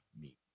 meet